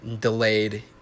delayed